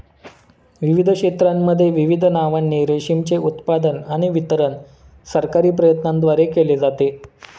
विविध क्षेत्रांमध्ये विविध नावांनी रेशीमचे उत्पादन आणि वितरण सरकारी प्रयत्नांद्वारे केले जाते